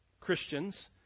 christians